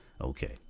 okay